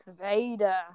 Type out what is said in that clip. Vader